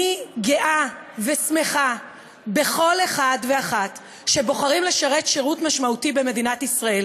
אני גאה ושמחה בכל אחד ואחת שבוחרים לשרת שירות משמעותי במדינת ישראל,